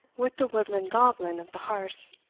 with the woodland goblin of the harz.